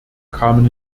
kamen